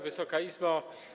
Wysoka Izbo!